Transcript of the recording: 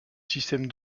système